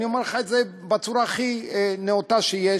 אני אומר לך את זה בצורה הכי נאותה שיש,